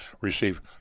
receive